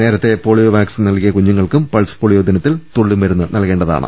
നേരത്തെ polio vaccine നൽകിയ കുഞ്ഞുങ്ങൾക്കും പൾസ് പോളിയോ ദിനത്തിൽ തുള്ളിമരുന്ന് നൽകേണ്ട താണ്